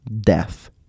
death